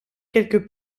quelque